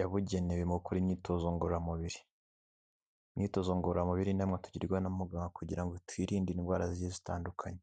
yabugenewe mu gukora imyitozo ngororamubiri, imyitozo ngororamubiri ni inama tugirwa na muganga kugira ngo twirinde indwara zigiye zitandukanye.